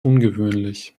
ungewöhnlich